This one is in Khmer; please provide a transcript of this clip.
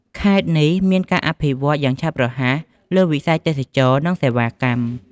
ខេត្តនេះមានការអភិវឌ្ឍន៍យ៉ាងឆាប់រហ័សលើវិស័យទេសចរណ៍ និងសេវាកម្ម។